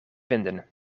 vinden